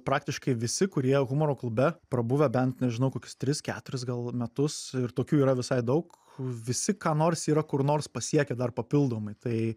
praktiškai visi kurie humoro klube prabuvę bent nežinau kokius tris keturis gal metus ir tokių yra visai daug visi ką nors yra kur nors pasiekę dar papildomai tai